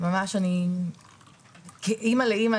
מאמא לאמא,